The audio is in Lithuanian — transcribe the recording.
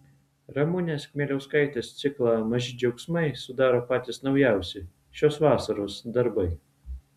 ramunės kmieliauskaitės ciklą maži džiaugsmai sudaro patys naujausi šios vasaros darbai